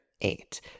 eight